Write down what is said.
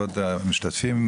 כבוד המשתתפים,